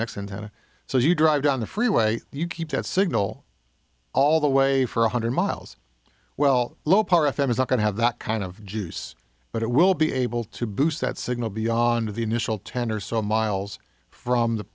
if you drive down the freeway you keep that signal all the way for one hundred miles well low power f m is not going to have that kind of juice but it will be able to boost that signal beyond the initial ten or so miles from the